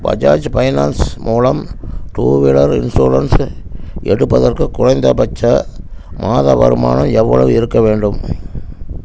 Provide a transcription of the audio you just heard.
Bajaj finance மூலம் two wheeler insurance எடுப்பதற்கு குறைந்தபட்ச மாத வருமானம் எவ்வளவு இருக்க வேண்டும்